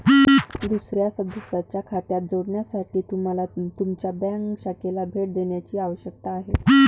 दुसर्या सदस्याच्या खात्यात जोडण्यासाठी तुम्हाला तुमच्या बँक शाखेला भेट देण्याची आवश्यकता आहे